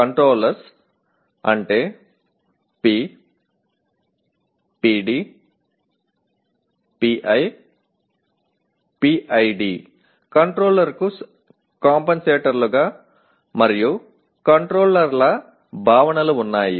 controllers అంటే P PD PI PID కంట్రోలర్లకు కాంపెన్సేటర్లు మరియు కంట్రోలర్ల భావనలు ఉన్నాయి